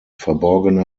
verborgene